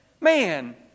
man